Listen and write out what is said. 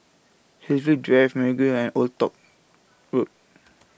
Hillview Drive Mergui and Old Toh Road